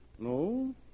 No